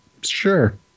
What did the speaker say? sure